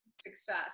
success